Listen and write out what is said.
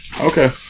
Okay